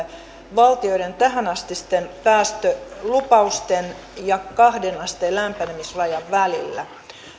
valtioiden tähänastisten päästölupausten ja kahteen asteen lämpenemisrajan välillä